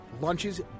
lunches